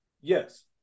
Yes